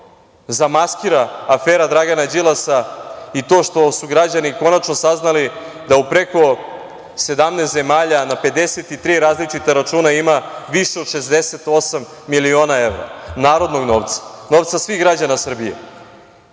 zamaskira afera Dragana Đilasa i to što su građani konačno saznali da u preko 17 zemalja na 53 različita računa ima više od 68 miliona evra narodnog novca, novca svih građana Srbije. Koliko